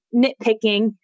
nitpicking